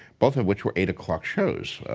both of which were eight o'clock shows,